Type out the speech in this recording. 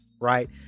right